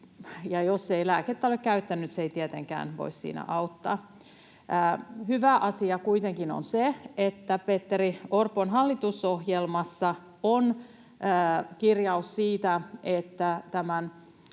jos ei lääkettä ole käyttänyt, se ei tietenkään voi auttaa. Hyvä asia kuitenkin on se, että Petteri Orpon hallitusohjelmassa on kirjaus siitä, että tämän